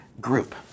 group